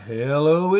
Hello